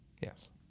Yes